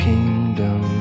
kingdom